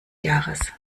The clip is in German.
jahres